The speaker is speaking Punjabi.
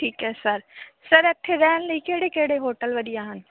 ਠੀਕ ਹੈ ਸਰ ਸਰ ਇੱਥੇ ਰਹਿਣ ਲਈ ਕਿਹੜੇ ਕਿਹੜੇ ਹੋਟਲ ਵਧੀਆ ਹਨ